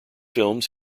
films